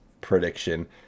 prediction